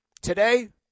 Today